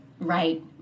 Right